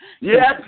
Yes